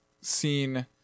seen